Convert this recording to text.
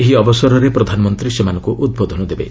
ଏହି ଅବସରରେ ପ୍ରଧାନମନ୍ତ୍ରୀ ସେମାନଙ୍କୁ ଉଦ୍ବୋଧନ ଦେବେ